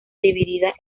dividida